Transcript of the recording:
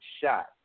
shot